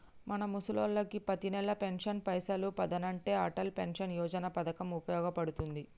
మన ముసలోళ్ళకి పతినెల పెన్షన్ పైసలు పదనంటే అటల్ పెన్షన్ యోజన పథకం ఉపయోగ పడుతుంది